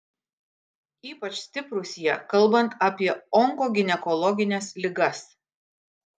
ypač stiprūs jie kalbant apie onkoginekologines ligas